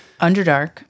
Underdark